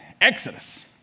Exodus